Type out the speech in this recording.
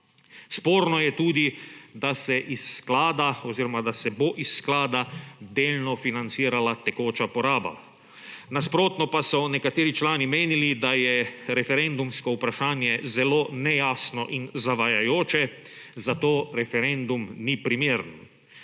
oziroma, da se bo iz sklada delno financirala tekoča poraba. Nasprotno pa so nekateri člani menili, da je referendumsko vprašanje zelo nejasno in zavajajoče, zato referendum ni primeren.